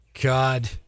God